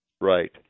right